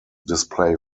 display